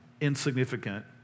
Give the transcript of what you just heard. insignificant